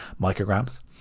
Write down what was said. micrograms